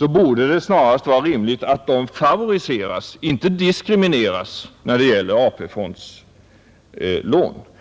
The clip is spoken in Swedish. borde det vara rimligt att de snarast favoriseras, inte diskrimineras, när det gäller AP-fondslån.